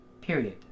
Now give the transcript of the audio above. period